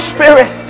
Spirit